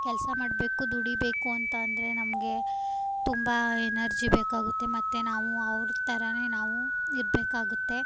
ಕೆಲಸ ಮಾಡಬೇಕು ದುಡಿಬೇಕು ಅಂತ ಅಂದರೆ ನಮಗೆ ತುಂಬ ಎನರ್ಜಿ ಬೇಕಾಗುತ್ತೆ ಮತ್ತು ನಾವು ಅವ್ರ ಥರಾ ನಾವು ಇರಬೇಕಾಗುತ್ತೆ